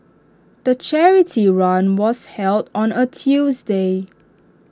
the charity run was held on A Tuesday